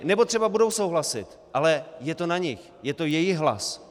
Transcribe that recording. Nebo třeba budou souhlasit, ale je to na nich, je to jejich hlas.